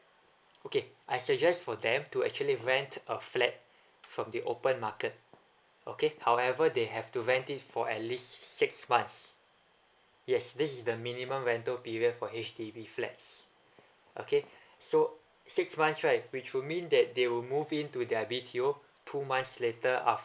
okay I suggest for them to actually rent a flat from the open market okay however they have to rent it for at least six months yes this is the minimum rental period for H_D_B flats okay so six months right which would mean that they will move into their B_T_O two months later after